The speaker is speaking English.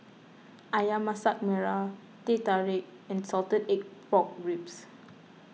Ayam Masak Merah Teh Tarik and Salted Egg Pork Ribs